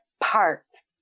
parts